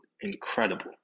incredible